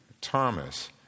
Thomas